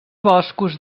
boscos